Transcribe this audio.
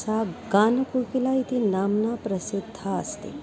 सा गानकोकिला इति नाम्ना प्रसिद्धा अस्ति